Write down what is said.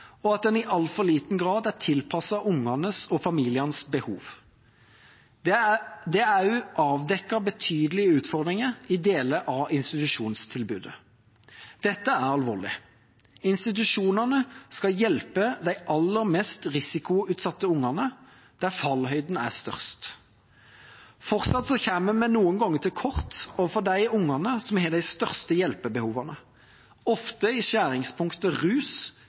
og at den i altfor liten grad er tilpasset barnas og familienes behov. Det er også avdekket betydelige utfordringer i deler av institusjonstilbudet. Dette er alvorlig. Institusjonene skal hjelpe de aller mest risikoutsatte barna, der fallhøyden er størst. Fortsatt kommer vi noen ganger til kort overfor de barna som har de største hjelpebehovene, ofte i skjæringspunktet mellom rus,